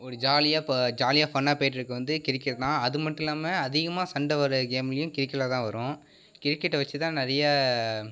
ஒரு ஜாலியாக இப்போ ஜாலியா ஃபன்னாக பேயிட்டுருக்க வந்து கிரிக்கெட் தான் அது மட்டும் இல்லாமல் அதிகமாக சண்டை வர கேம்லையும் கிரிக்கெட்ல தான் வரும் கிரிக்கெட்டை வச்சுதான் நிறையா